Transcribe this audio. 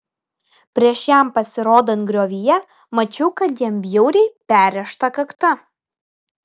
prieš jam pasirodant griovyje mačiau kad jam bjauriai perrėžta kakta